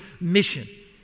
mission